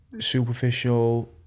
superficial